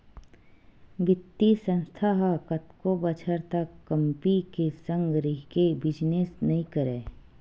बित्तीय संस्था ह कतको बछर तक कंपी के संग रहिके बिजनेस नइ करय